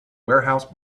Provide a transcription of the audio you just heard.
warehouse